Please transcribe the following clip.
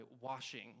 washing